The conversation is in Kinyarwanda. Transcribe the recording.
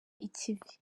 ikivi